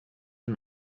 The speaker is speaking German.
und